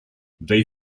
they